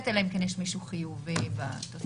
אלא אם כן יש מישהו חיובי בין הנוסעים.